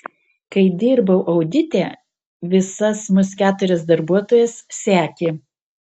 kai dirbau audite visas mus keturias darbuotojas sekė